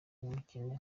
w’umukene